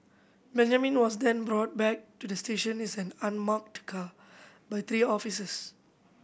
Benjamin was then brought back to the station is an unmarked car by three officers